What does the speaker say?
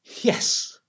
Yes